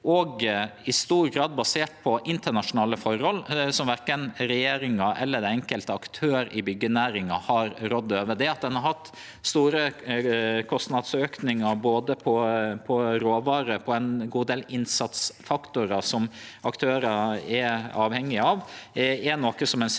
er i stor grad basert på internasjonale forhold som verken regjeringa eller den enkelte aktøren i byggenæringa har rådd over. Det at ein har hatt store kostnadsaukar på råvarer, på ein god del innsatsfaktorar som aktørar er avhengige av, er noko ein ser